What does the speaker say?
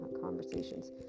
conversations